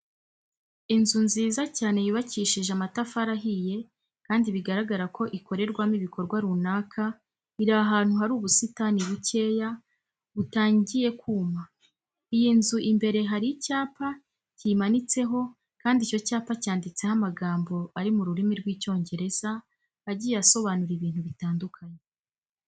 Inzu nziza cyane yubakishije amatafari ahiye kandi bigaragara ko ikorerwamo ibikorwa runaka, iri ahantu hari ubusitani bukeya butangye kuma. Iyi nzu imbere hari icyapa kiyimanitseho kandi icyo cyapa cyanditseho amagambo ari mu rurimi rw'Icyongereza agiye asobanura ibintu bitandukanye.